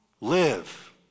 live